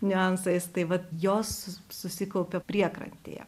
niuansais tai vat jos susikaupia priekrantėje